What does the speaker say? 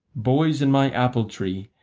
boys in my apple tree,